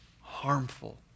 harmful